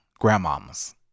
grandmamas